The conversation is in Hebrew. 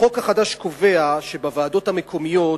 החוק החדש קובע שבוועדות המקומיות,